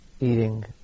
eating